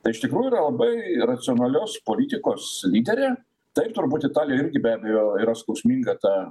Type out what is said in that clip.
tai iš tikrųjų yra labai racionalios politikos lyderė taip turbūt italijai irgi be abejo yra skausminga ta